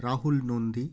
Rahul Nandi